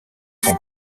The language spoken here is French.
son